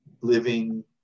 living